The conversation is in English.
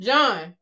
John